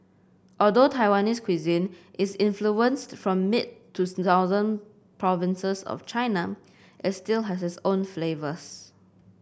although Taiwanese cuisine is influenced from mid to southern provinces of China it still has its own flavours